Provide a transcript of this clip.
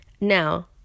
Now